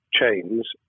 chains